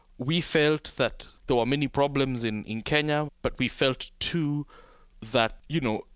we felt that there were many problems in in kenya, but we felt too that, you know,